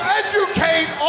educate